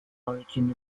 origin